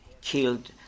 killed